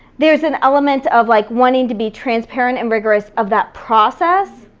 there's an element of like wanting to be transparent and rigorous of that process,